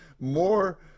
more